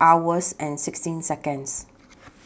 hours and sixteen Seconds